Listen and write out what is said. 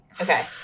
Okay